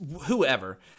whoever